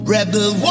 Rebel